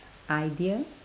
idea